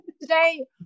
today